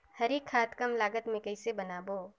हरी खाद कम लागत मे कइसे बनाबो?